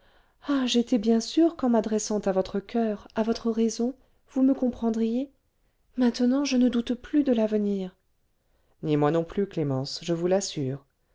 ah j'étais bien sûre qu'en m'adressant à votre coeur à votre raison vous me comprendriez maintenant je ne doute plus de l'avenir ni moi non plus clémence je vous l'assure